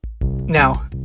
Now